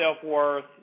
self-worth